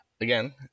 Again